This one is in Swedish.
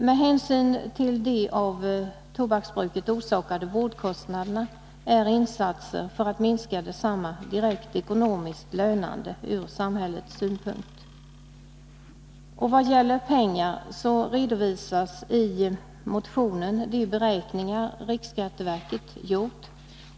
Med hänsyn till de av tobaksbruket orsakade vårdkostnaderna är insatser för att minska detsamma direkt ekonomiskt lönande från samhällets synpunkt. I vad gäller pengar redovisas i motionen de beräkningar riksskatteverket har gjort.